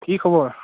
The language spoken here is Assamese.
কি খবৰ